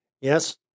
Yes